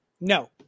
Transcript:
No